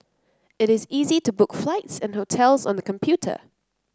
it is easy to book flights and hotels on the computer